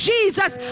Jesus